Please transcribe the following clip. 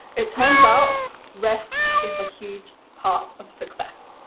it turns out rest is a huge part of success.